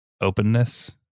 openness